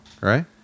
right